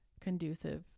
conducive